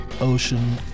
ocean